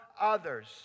others